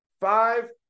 Five